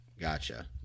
Gotcha